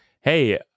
hey